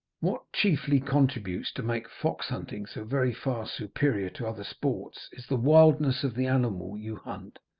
what chiefly contributes to make fox-hunting so very far superior to other sports is the wildness of the animal you hunt,